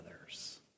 others